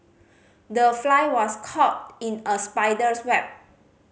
the fly was caught in a spider's web